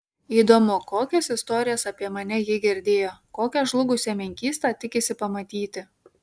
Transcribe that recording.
įdomu kokias istorijas apie mane ji girdėjo kokią žlugusią menkystą tikisi pamatyti